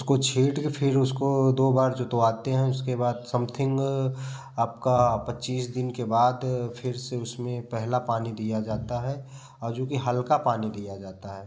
उसको छीट के फिर उसको तो बार जुतवाते हैं उसके बाद सम्थिंग आपका पच्चीस दिन के बाद फिर से उसमें पहला पानी दिया जाता है और जोकि हल्का पानी दिया जाता है